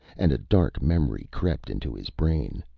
and a dark memory crept into his brain.